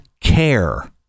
care